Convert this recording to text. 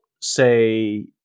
say